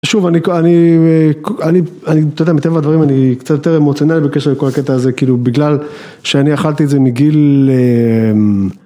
שוב, אני, אני, אני, אתה יודע, מטבע הדברים אני קצת יותר אמוציונאלי בקשר לכל הקטע הזה, כאילו, בגלל שאני אכלתי את זה מגיל...